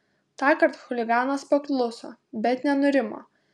tąkart chuliganas pakluso bet nenurimo